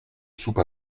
soupe